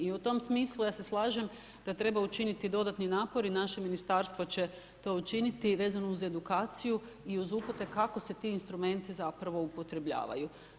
I u tom smislu ja se slažem da treba učiniti dodatni napor i naše Ministarstvo će to učiniti vezano uz edukaciju i uz upute kako se ti instrumenti zapravo upotrebljavaju.